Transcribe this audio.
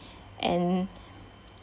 and